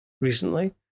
recently